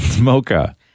Mocha